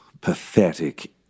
pathetic